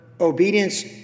obedience